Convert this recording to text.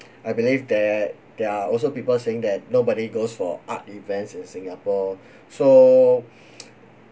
I believe that there are also people saying that nobody goes for art events in singapore so